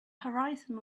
horizon